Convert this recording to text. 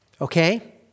okay